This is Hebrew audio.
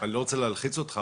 אני לא רוצה להלחיץ אותך,